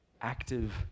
active